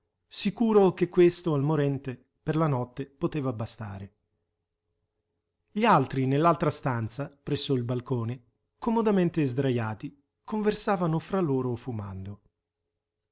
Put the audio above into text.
sicuro che questo al morente per la notte poteva bastare gli altri nell'altra stanza presso il balcone comodamente sdrajati conversavano fra loro fumando